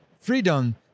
freedom